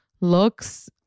looks